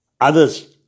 others